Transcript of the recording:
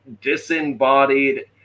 disembodied